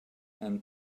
and